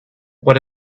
what